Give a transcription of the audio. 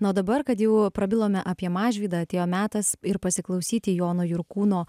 na o dabar kad jau prabilome apie mažvydą atėjo metas ir pasiklausyti jono jurkūno